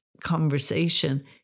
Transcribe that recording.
conversation